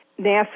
NASA